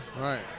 Right